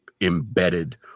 embedded